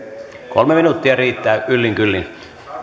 kolme minuuttia riittää yllin kyllin